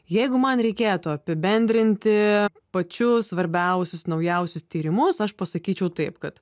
jeigu man reikėtų apibendrinti pačius svarbiausius naujausius tyrimus aš pasakyčiau taip kad